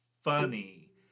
funny